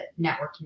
networking